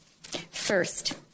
First